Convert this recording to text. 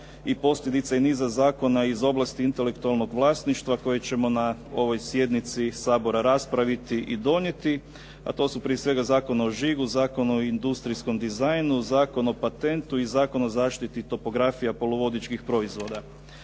iz posljedica i niza zakona iz oblasti intelektualnog vlasništva koje ćemo na ovoj sjednici Sabora raspraviti i donijeti, a to su prije svega Zakon o žigu, Zakon o industrijskom dizajnu, Zakon o patentu i Zakon o zaštiti topografija poluvodičkih proizvoda.